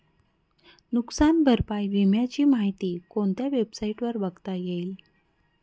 नुकसान भरपाई विम्याची माहिती कोणत्या वेबसाईटवर बघता येईल?